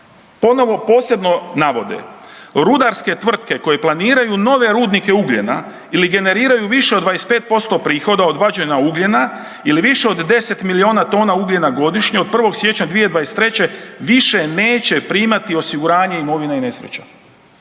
Ponovo posebno navode, rudarske tvrtke koje planiraju nove rudnike ugljena ili generiraju više od 25% prihoda od vađenja ugljena ili više od 10 milijuna tona ugljena godišnje, od 1. siječnja 2023. više neće primati osiguranje imovine i nesreće.